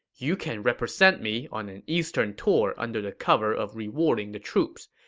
you can represent me on an eastern tour under the cover of rewarding the troops.